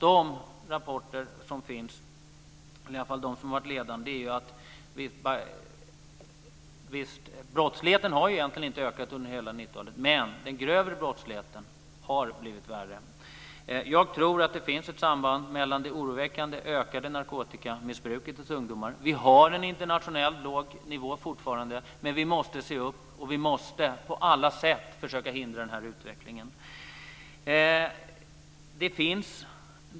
De rapporter som finns - i varje fall de som har varit ledande - säger att brottsligheten egentligen inte har ökat under hela 90-talet, men att den grövre brottsligheten har blivit värre. Jag tror att det finns ett samband mellan det oroväckande ökande narkotikamissbruket hos ungdomar och brottsligheten. Vi har en internationellt sett låg nivå fortfarande, men vi måste se upp och vi måste på alla sätt försöka hindra den här utvecklingen.